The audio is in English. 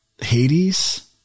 Hades